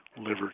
liver